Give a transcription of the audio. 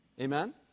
Amen